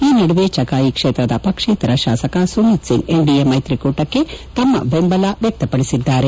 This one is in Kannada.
ಈ ನಡುವೆ ಚಕಾಯಿ ಕ್ಷೇತ್ರದ ಪಕ್ಷೇತರ ಶಾಸಕ ಸುಮಿತ್ಸಿಂಗ್ ಎನ್ಡಿಎ ಮೈತ್ರಿಕೂಟಕ್ಕೆ ತಮ್ಮ ಬೆಂಬಲವನ್ನು ವ್ಯಕ್ತಪಡಿಸಿದ್ದಾರೆ